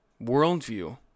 worldview